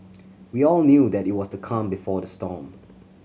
we all knew that it was the calm before the storm